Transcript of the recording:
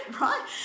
right